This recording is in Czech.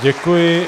Děkuji.